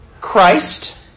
Christ